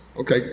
Okay